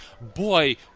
Boy